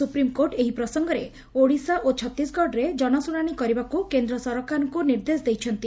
supreme court ଏହି ପ୍ରସଙ୍ଗରେ ଓଡ଼ିଶା ଓ ଛତିଶଗଡ଼ରେ ଜନଶୁଣାଶି କରିବାକୁ କେନ୍ଦ୍ର ସରକାରଙ୍କୁ ନିର୍ଦ୍ଦେଶ ଦେଇଛନ୍ତି